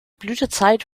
blütezeit